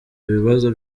ibibazo